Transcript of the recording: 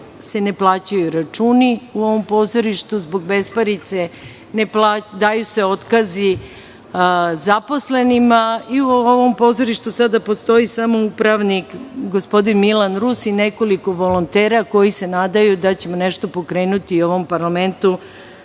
se ne plaćaju računi u ovom pozorištu zbog besparice, daju se otkazi zaposlenima. Sada u ovom pozorištu postoji samo upravnik, gospodin Milan Rus i nekoliko volontera koji se nadaju da ćemo nešto pokrenuti u ovom parlamentu